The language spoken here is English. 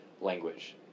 language